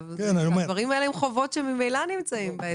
הדברים האלה הם חובות שממילא נמצאים בהיתר.